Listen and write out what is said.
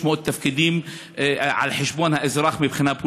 תפקידים מבחינה פוליטית על חשבון האזרח.